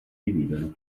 dividono